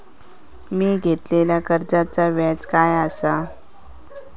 मी घेतलाल्या कर्जाचा व्याज काय आसा?